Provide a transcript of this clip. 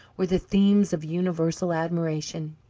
were the themes of universal admiration.